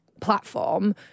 platform